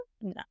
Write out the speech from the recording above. no